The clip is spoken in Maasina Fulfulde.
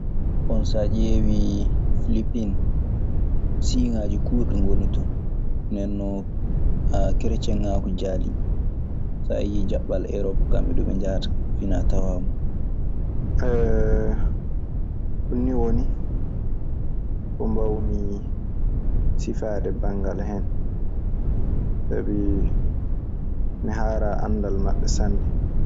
Bon, so a ƴeewii filipin, siŋaaji kuurɗi ngoni ton. Nden non kerecieŋaagu jaalii. So a yii jaɓɓal erop kamɓe duu ɓe njahata finaa tawaa mun. ɗumni woni ko mbawmii sifaade bangal hen. Sabii mi haara anndal maɓɓe sanne.